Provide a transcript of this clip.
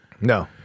No